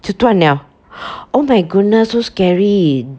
就断 liao oh my goodness so scary